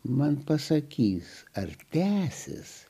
man pasakys ar tęsis